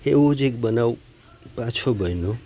એવો જ એક બનાવ પાછો બન્યો